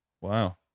Wow